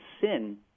sin